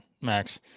Max